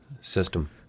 system